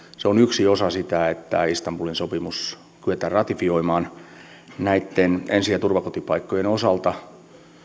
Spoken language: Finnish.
se on yksi osa sitä että tämä istanbulin sopimus kyetään ratifioimaan ensi ja turvakotipaikkojen osalta